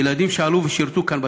ילדים עלו ושירתו כאן בצבא,